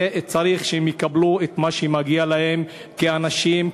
וצריך שהם יקבלו את מה שמגיע להם כאנשים,